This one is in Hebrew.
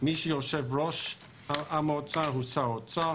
יושב-ראש המועצה הוא שר האוצר,